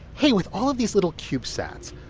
hey, with all of these little cube sats,